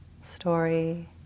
story